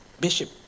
Bishop